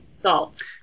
salt